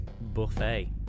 buffet